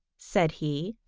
said he,